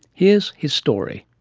here's his story.